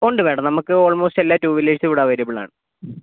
ഉണ്ട് മാഡം നമുക്ക് ഓൾമോസ്റ്റ് എല്ലാ ടുവീലേഴ്സും ഇവിടെ അവൈലബിൾ ആണ്